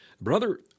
Brother